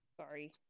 Sorry